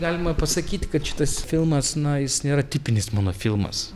galima pasakyt kad šitas filmas na jis nėra tipinis mano filmas